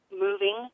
moving